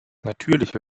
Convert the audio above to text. natürliche